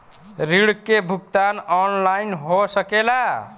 ऋण के भुगतान ऑनलाइन हो सकेला?